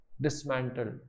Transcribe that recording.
dismantled